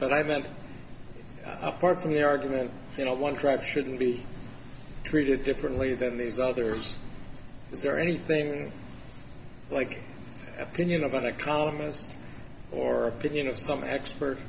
that i meant apart from the argument you know one truck shouldn't be treated differently than these others is there anything like opinion of an economist or opinion of some expert